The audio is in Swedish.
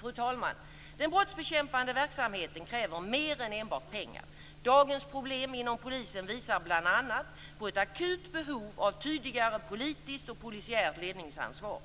Fru talman! Den brottsbekämpande verksamheten kräver mer än enbart pengar. Dagens problem inom polisen visar bl.a. på ett akut behov av tydligare politiskt och polisiärt ledningsansvar.